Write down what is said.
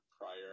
prior